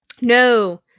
No